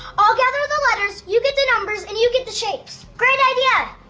i'll gather the letters, you get the numbers and you get the shapes! great idea!